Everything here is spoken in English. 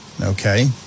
Okay